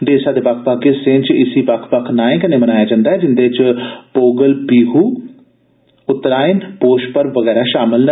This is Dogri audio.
देसै दे बक्ख बक्ख हिस्सें च इसी बक्ख बक्ख नाएं कन्नै मनाया जन्दा ऐ जिन्दे च पोगल बीह उतरायण ते पोष पर्व वगैरा शामल न